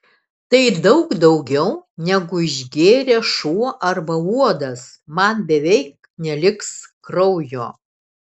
tai daug daugiau negu išgėrė šuo arba uodas man beveik neliks kraujo